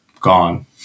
Gone